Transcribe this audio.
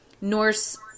Norse